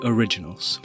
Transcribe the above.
Originals